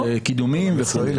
קידומים -- נכון.